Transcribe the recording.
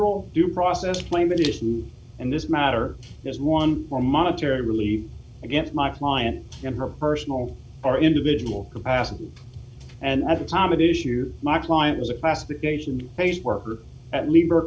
role due process claim edition and this matter is one for monetary really against my client and her personal our individual capacity and as a common issue my client is a classification based worker at l